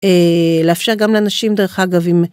לאפשר גם לאנשים דרך אגב אם.